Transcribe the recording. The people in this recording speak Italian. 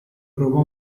provò